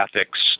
ethics